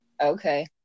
okay